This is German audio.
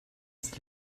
das